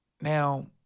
Now